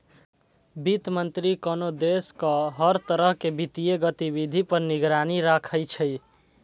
वित्त मंत्री कोनो देशक हर तरह के वित्तीय गतिविधि पर निगरानी राखै छै